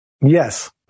Yes